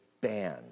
ban